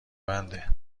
بنده